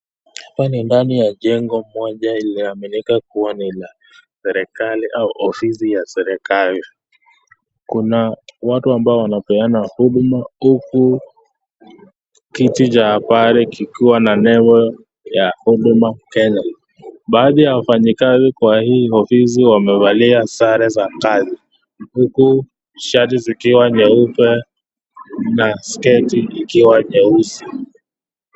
Hapa ni ndani ya jengo moja inaloaminika kuwa ni la serikali au ofisi ya serikali. Kuna watu ambao wanapeana huduma huku kiti cha habari kikiwa na lebo cha Huduma Kenya . Baadhi ya wafanyekasi kwa hii ofisi wamevalia sare za kazi huku shati zikiwa nyeupe na sketi ikiwa nyeusi.